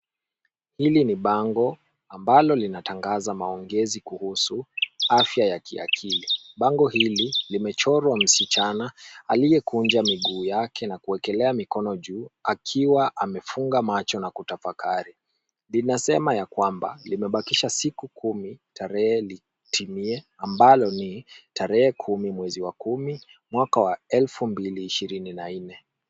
Hili ni bango ambalo linatangaza maongezi kuhusu afya ya kiakili. Bango hili limechorwa msichana aliyekunja miguu yake na kuwekelea mikono juu akiwa amefunga macho na kutafakari. Linasema ya kwamba limebakisha siku kumi tarehe litimie ambalo ni tarehe kumi mwezi wa kumi mwaka wa elfu mbili ishirini na nne.